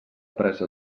presa